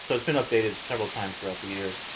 so, it's been updated several times throughout the years.